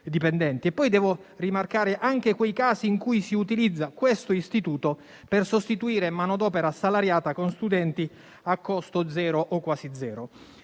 Devo anche rimarcare quei casi in cui si utilizza questo istituto per sostituire manodopera salariata con studenti a costo zero o quasi zero.